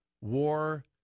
war